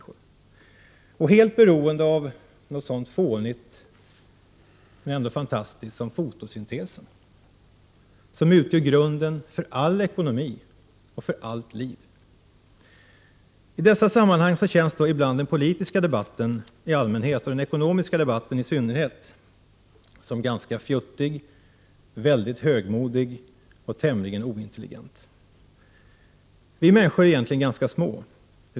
Och helt beroende av något så fånigt men ändå fantastiskt som fotosyntesen, som utgör grunden för all ekonomi och allt liv. I dessa sammanhang känns ibland den politiska debatten i allmänhet — och den ekonomiska debatten i synnerhet — fjuttig, mycket högmodig och tämligen ointelligent. Herr talman! Vi människor är egentligen ganska små.